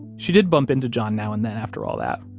she did bump into john now and then after all that,